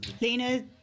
Lena